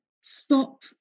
Stop